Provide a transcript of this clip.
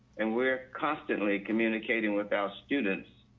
and we're constantly communicating with our students,